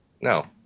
no